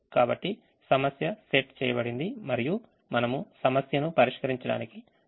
కాబట్టి సమస్య సెట్ చేయబడింది మరియు మనము సమస్యను పరిష్కరించడానికి సిద్ధంగా ఉన్నాము